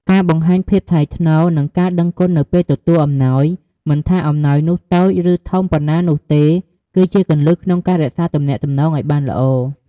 ការបង្ហាញភាពថ្លៃថ្នូរ និងការដឹងគុណនៅពេលទទួលអំណោយ មិនថាអំណោយនោះតូចឬធំប៉ុណ្ណានោះទេ គឺជាគន្លឹះក្នុងការរក្សាទំនាក់ទំនងឲ្យបានល្អ។